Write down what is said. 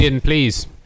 please